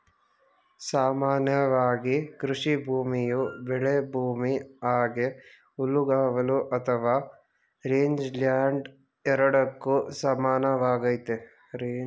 ಸಾಮಾನ್ಯವಾಗಿ ಕೃಷಿಭೂಮಿಯು ಬೆಳೆಭೂಮಿ ಹಾಗೆ ಹುಲ್ಲುಗಾವಲು ಅಥವಾ ರೇಂಜ್ಲ್ಯಾಂಡ್ ಎರಡಕ್ಕೂ ಸಮಾನವಾಗೈತೆ